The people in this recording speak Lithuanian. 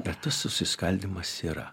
bet tas susiskaldymas yra